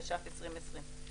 התש"ף-2020.